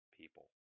people